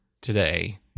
today